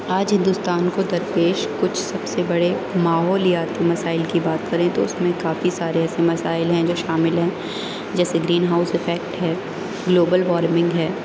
آج ہندوستان کو درپیش کچھ سب سے بڑے ماحولیاتی مسائل کی بات کریں تو اس میں کافی سارے ایسے مسائل ہیں جو شامل ہیں جیسے گرین ہاؤس ایفیکٹ ہے گلوبل وارمنگ ہے